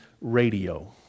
radio